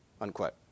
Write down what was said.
Unquote